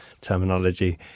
terminology